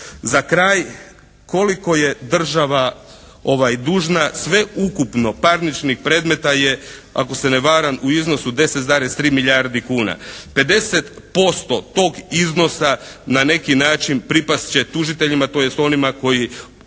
Za kraj koliko je država dužna? Sveukupno parničnim predmeta je ako se ne varam u iznosu 10,3 milijardi kuna. 50% tog iznosa na neki način pripast će tužiteljima tj. onima koji